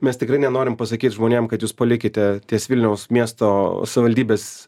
mes tikrai nenorim pasakyt žmonėms kad jūs palikite ties vilniaus miesto savivaldybės